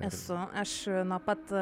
esu aš nuo pat